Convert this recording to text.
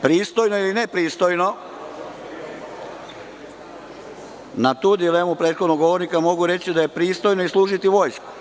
Pristojno ili nepristojno na tu dilemu prethodnog govornika mogu reći da je pristojno i služiti vojsku.